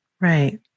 Right